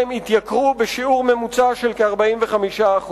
הן התייקרו בשיעור ממוצע של כ-45%.